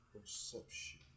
Perception